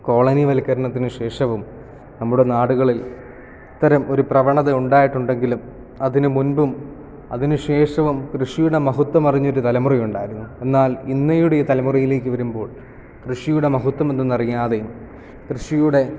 കോളനിവൽക്കരണത്തിനു ശേഷവും നമ്മുടെ നാടുകളിൽ ഇത്തരം ഒരു പ്രവണത ഉണ്ടായിട്ടുണ്ടെങ്കിലും അതിനു മുൻപും അതിനുശേഷവും കൃഷിയുടെ മഹത്വം അറിഞ്ഞ ഒരു തലമുറ ഉണ്ടായിരുന്നു എന്നാൽ ഇന്നയുടെ ഈ തലമുറയിലേക്ക് വരുമ്പോൾ കൃഷിയുടെ മഹത്വം എന്തെന്ന് അറിയാതെയും കൃഷിയുടെ